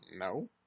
No